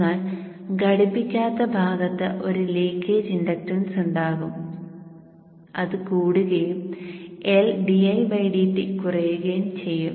എന്നാൽ ഘടിപ്പിക്കാത്ത ഭാഗത്ത് ഒരു ലീക്കേജ് ഇൻഡക്ടൻസ് ഉണ്ടാകും അത് കൂടുകയും Ldidt കുറയുകയും ചെയ്യും